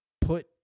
put